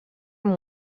amb